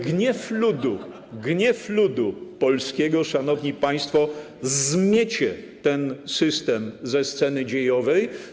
gniew ludu, gniew ludu polskiego, szanowni państwo, zmiecie ten system ze sceny dziejowej.